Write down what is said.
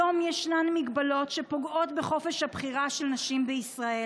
היום ישנן מגבלות שפוגעות בחופש הבחירה של נשים בישראל